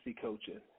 coaching